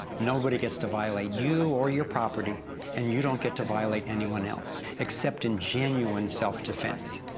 nobody gets to violate you or your property and you don't get to violate anyone else, exept in genuine self defense.